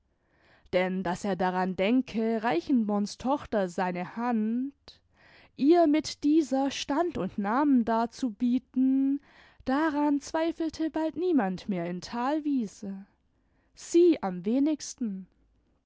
denn daß er daran denke reichenborn's tochter seine hand ihr mit dieser stand und namen darzubieten daran zweifelte bald niemand mehr in thalwiese sie am wenigsten